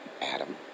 Adam